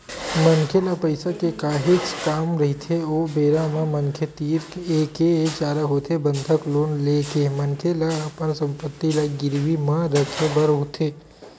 मनखे ल पइसा के काहेच काम रहिथे ओ बेरा म मनखे तीर एके चारा होथे बंधक लोन ले के मनखे ल अपन संपत्ति ल गिरवी म रखे बर होथे